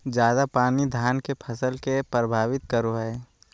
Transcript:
ज्यादा पानी धान के फसल के परभावित करो है?